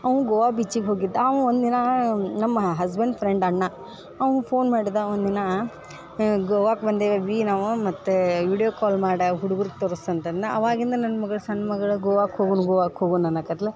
ಅವ್ನು ಗೋವಾ ಬೀಚಿಗೆ ಹೋಗಿದ್ದ ಅವ ಒಂದು ದಿನ ನಮ್ಮ ಹಸ್ಬೆಂಡ್ ಫ್ರೆಂಡ್ ಅಣ್ಣ ಅವ್ನು ಫೋನ್ ಮಾಡಿದ ಒಂದು ದಿನ ಗೋವಾಕ್ಕೆ ಬಂದೀವಿ ಅವಿ ನಾವು ಮತ್ತು ವಿಡಿಯೋ ಕಾಲ್ ಮಾಡಿ ಹುಡ್ಗುರ್ಗೆ ತೋರಿಸು ಅಂತಂದ್ನು ಅವಾಗಿಂದ ನನ್ನ ಮಗ್ಳು ಸಣ್ಣ ಮಗ್ಳು ಗೋವಕ್ಕೆ ಹೋಗುಣ ಗೋವಕ್ಕೆ ಹೋಗುಣ್ ಅನ್ನಕತ್ಳು